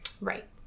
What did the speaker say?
Right